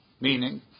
meaning